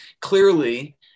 Clearly